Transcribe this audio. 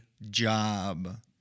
job